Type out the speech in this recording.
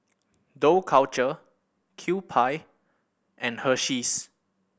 Dough Culture Kewpie and Hersheys